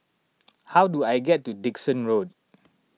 how do I get to Dickson Road